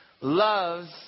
loves